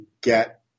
get